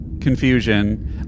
confusion